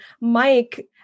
Mike